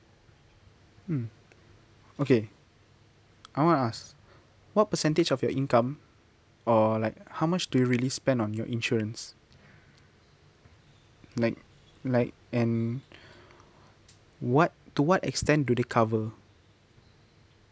mm okay I want to ask what percentage of your income or like how much do you really spend on your insurance like like and what to what extent do they cover